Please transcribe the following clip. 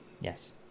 Yes